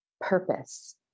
purpose